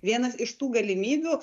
vienas iš tų galimybių